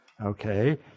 okay